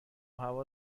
هوا